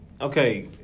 Okay